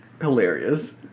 hilarious